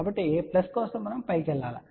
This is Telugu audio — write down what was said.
కాబట్టి ప్లస్ కోసం మనం పైకి వెళ్లాలి